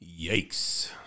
Yikes